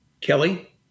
Kelly